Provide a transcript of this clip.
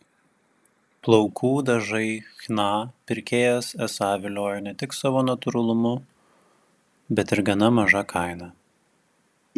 plaukų dažai chna pirkėjas esą viliojo ne tik savo natūralumu bet ir gana maža kaina